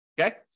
Okay